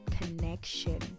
connection